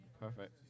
Perfect